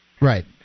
right